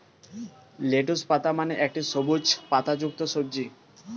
lettuce পাতা মানে একটি সবুজ পাতাযুক্ত সবজি